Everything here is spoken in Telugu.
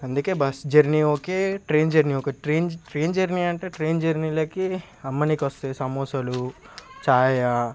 అందుకే bus journey okay train journey okay train train journey అంటే ట్రైన్ జర్నీలోకి అమ్మడానికి వస్తుంది సమోసాలు ఛాయ్